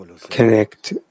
connect